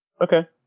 Okay